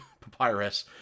papyrus